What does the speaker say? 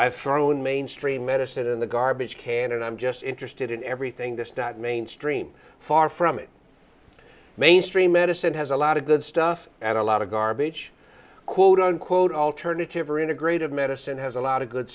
i've thrown mainstream medicine in the garbage can and i'm just interested in everything this that mainstream far from it mainstream medicine has a lot of good stuff and a lot of garbage quote unquote alternative or integrative medicine has a lot of good